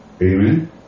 Amen